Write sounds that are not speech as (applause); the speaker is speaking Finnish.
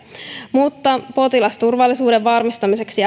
mutta potilasturvallisuuden varmistamiseksi (unintelligible)